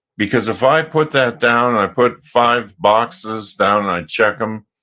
because if i put that down, i put five boxes down, i check them,